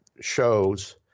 shows